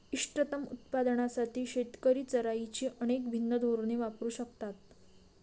इष्टतम उत्पादनासाठी शेतकरी चराईची अनेक भिन्न धोरणे वापरू शकतात